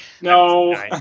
No